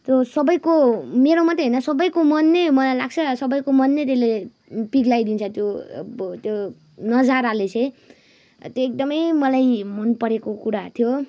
त्यो सबैको मेरो मात्रै होइन सबैको मन नै मलाई लाग्छ सबैको मन नै त्यसले पग्लाइदिन्छ त्यो अब त्यो नजाराले चाहिँ त्यो एकदमै मलाई मन परेको कुरा थियो